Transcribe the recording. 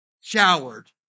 showered